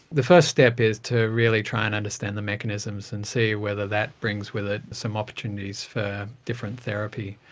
the first step is to really try and understand the mechanisms and see whether that brings with it some opportunities for different therapy.